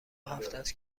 هفتست